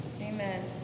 Amen